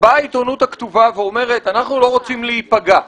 באה בעיתונות הכתובה ואומרת: אנחנו לא רוצים להיפגע.